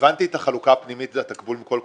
הבנתי את החלוקה הפנימית, זה התקבול מכל קופה.